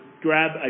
grab